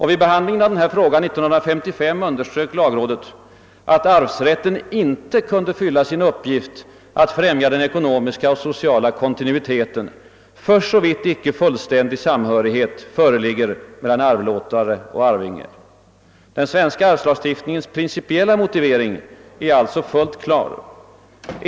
; Vid behandlingen av denna fråga år 1955 underströk lagrådet att arvsrätten inte kunde fylla sin uppgift att främja den ekonomiska och sociala kontinuiteten för så vitt icke fullständig samhörighet föreligger mellan arvlåtare och arvinge. Den svenska arvslagstiftningens principiella motivering är alltså fullt klar.